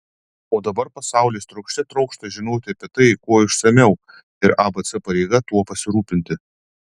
o dabar pasaulis trokšte trokšta žinoti apie tai kuo išsamiau ir abc pareiga tuo pasirūpinti